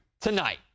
tonight